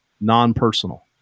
non-personal